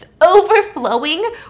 overflowing